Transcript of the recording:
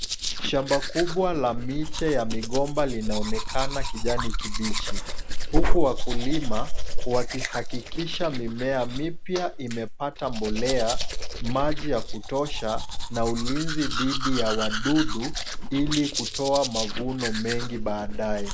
Shamba kubwa la miche ya migomba linaonekana kijani kibichi huku wakulima wakihakikisha mimea mipya imepata mbolea, maji ya kutosha na ulinzi dhidi ya wadudu ili kutoa mavuno mengi baadae.